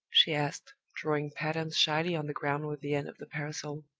she asked, drawing patterns shyly on the ground with the end of the parasol.